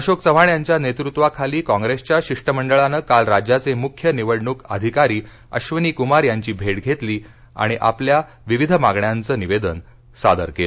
अशोक चव्हाण यांच्या नेतृत्वाखाली काँप्रेसच्या शिष्टमंडळानं काल राज्याचे मुख्य निवडणूक अधिकारी अश्वनीकुमार यांची भेट घेतली आणि आपल्या विविध मागण्यांचं निवेदन सादर केलं